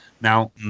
Now